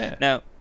now